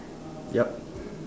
yup